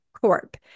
Corp